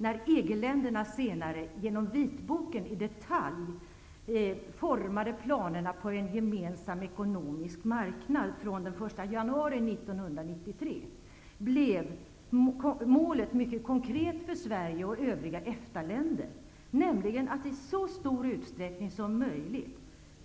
När EG-länderna sedan i vitboken i detalj formade planerna på en gemensam ekonomisk marknad från den 1 januari 1993, blev målet mycket konkret för Sverige och övriga EFTA-länder, nämligen att i så stor utsträckning som möjligt